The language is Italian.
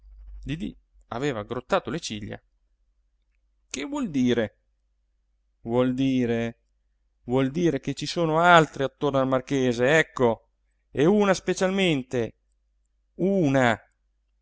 didì aveva aggrottato le ciglia che vuol dire vuol dire vuol dire che ci sono altre attorno al marchese ecco e una specialmente una